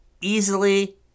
easily